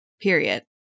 Period